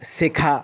শেখা